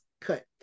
cut